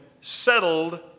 settled